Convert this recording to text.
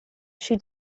she